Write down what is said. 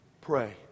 Pray